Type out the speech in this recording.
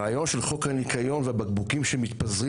הרעיון של חוק הניקיון והבקבוקים שמתפזרים